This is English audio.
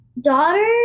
Daughter